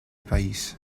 país